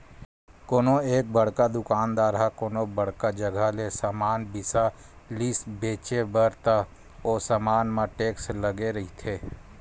कोनो एक बड़का दुकानदार ह कोनो बड़का जघा ले समान बिसा लिस बेंचे बर त ओ समान म टेक्स लगे रहिथे